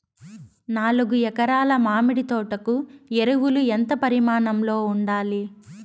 నాలుగు ఎకరా ల మామిడి తోట కు ఎరువులు ఎంత పరిమాణం లో ఉండాలి?